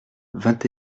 vingt